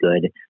good